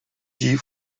die